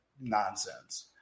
nonsense